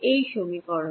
এই সমীকরণ